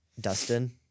Dustin